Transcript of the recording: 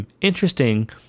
interesting